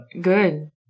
Good